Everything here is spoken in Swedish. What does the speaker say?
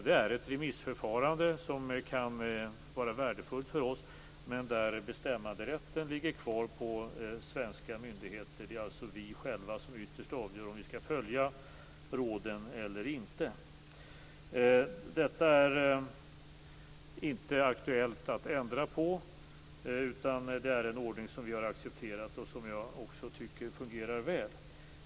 Det är ett remissförfarande som kan vara värdefullt för oss. Bestämmanderätten ligger kvar på svenska myndigheter. Det är alltså vi själva som ytterst avgör om vi skall följa råden eller inte. Detta är det inte aktuellt att ändra på. Det är en ordning som vi har accepterat och som jag också tycker fungerar väl.